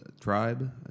tribe